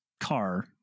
car